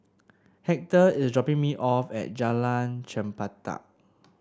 Hector is dropping me off at Jalan Chempedak